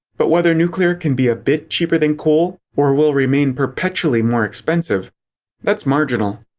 but whether nuclear can be a bit cheaper than coal, or will remain perpetually more expensive that's marginal.